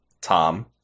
Tom